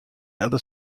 other